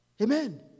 Amen